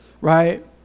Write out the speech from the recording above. right